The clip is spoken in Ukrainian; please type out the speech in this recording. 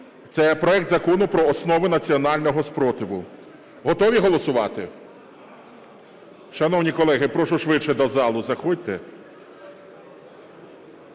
це проект Закону про основи національного спротиву. Готові голосувати? Шановні колеги, прошу швидше до зали заходьте.